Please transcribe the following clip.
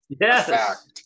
Yes